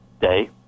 day